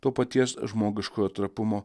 to paties žmogiškojo trapumo